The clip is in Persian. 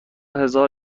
هزار